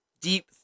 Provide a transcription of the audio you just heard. deep